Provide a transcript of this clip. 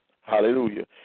hallelujah